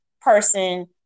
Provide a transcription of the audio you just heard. person